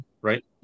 right